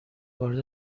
وارد